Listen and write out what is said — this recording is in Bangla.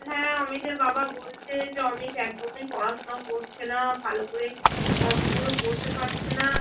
হ্যাঁ অমিতের বাবা বলছে যে অমিত একদমই পড়াশোনা করছে না ভালো করে অঙ্কগুলো করতে পারছে না